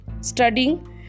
studying